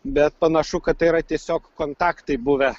bet panašu kad tai yra tiesiog kontaktai buvę